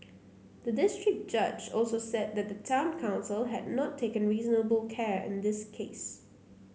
the district judge also said that the town council had not taken reasonable care in this case